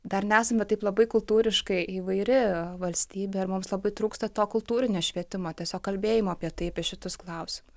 dar nesame taip labai kultūriškai įvairi valstybė ir mums labai trūksta to kultūrinio švietimo tiesiog kalbėjimo apie tai apie šitus klausimus